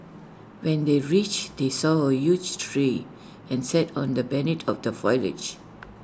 when they reached they saw A huge tree and sat on the beneath of the foliage